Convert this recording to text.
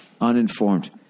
Uninformed